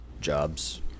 Jobs